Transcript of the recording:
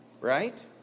Right